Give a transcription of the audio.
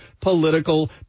political